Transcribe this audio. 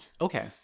Okay